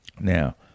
Now